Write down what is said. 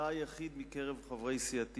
אתה היחיד מקרב חברי סיעתי